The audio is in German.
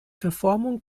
verformung